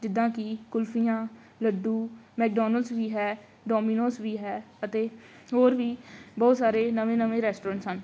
ਜਿੱਦਾਂ ਕਿ ਕੁਲਫੀਆਂ ਲੱਡੂ ਮੈਕਡੋਨਲਸ ਵੀ ਹੈ ਡੋਮੀਨੋਜ ਵੀ ਹੈ ਅਤੇ ਹੋਰ ਵੀ ਬਹੁਤ ਸਾਰੇ ਨਵੇਂ ਨਵੇਂ ਰੈਸਟੋਰੈਂਟਸ ਹਨ